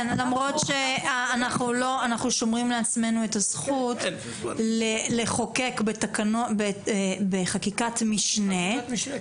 למרות שאנחנו שומרים לעצמנו את הזכות לחוקק בחקיקת משנה,